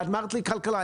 ואת אמרת לי כלכלה.